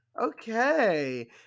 Okay